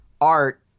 art